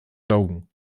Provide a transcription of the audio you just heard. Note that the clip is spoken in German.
logan